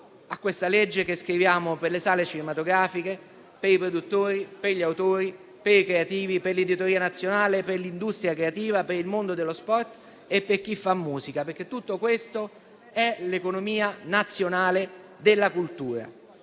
a questa legge che scriviamo per le sale cinematografiche, per i produttori, per gli autori, per i creativi, per l'editoria nazionale, per l'industria creativa, per il mondo dello sport e per chi fa musica. Tutto questo è l'economia nazionale della cultura.